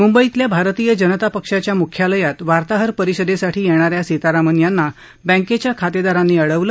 मुंबईतल्या भारतीय जनता पक्षाच्या म्ख्यालयात वार्ताहर परिषदेसाठी येणा या सीतारामन यांना बँकेच्या खातेदारांनी अडवलं